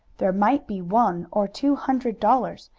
there might be one or two hundred dollars,